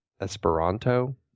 Esperanto